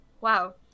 Wow